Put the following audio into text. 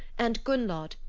and gunnlod,